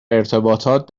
ارتباطات